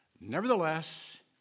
nevertheless